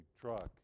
truck